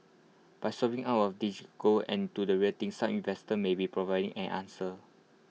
by swapping out of digi gold and to the real thing some investors may be providing an answer